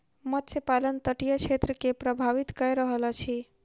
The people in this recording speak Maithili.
मत्स्य पालन तटीय क्षेत्र के प्रभावित कय रहल अछि